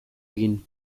egin